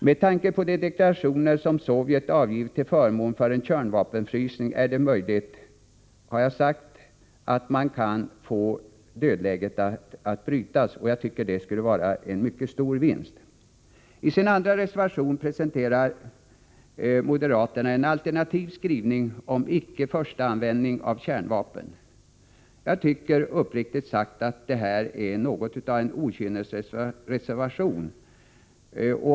Med tanke på de deklarationer som Sovjet avgivit till förmån för en kärnvapenfrysning är det, som jag nämnde, möjligt att dödläget skulle kunna brytas. Det skulle enligt min mening innebära en mycket stor vinst. I sin andra reservation presenterar moderaterna en alternativ skrivning om icke-förstaanvändning av kärnvapen. Jag tycker, uppriktigt sagt, att detta är något av en okynnesreservation.